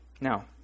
Now